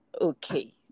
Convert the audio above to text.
Okay